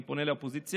אני פונה לאופוזיציה,